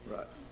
Right